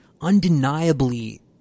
undeniably